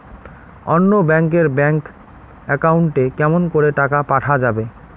অন্য ব্যাংক এর bank account এ কেমন করে টাকা পাঠা যাবে?